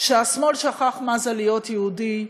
שהשמאל שכח מה זה להיות יהודי,